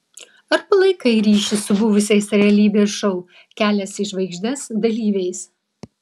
ar palaikai ryšį su buvusiais realybės šou kelias į žvaigždes dalyviais